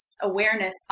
awareness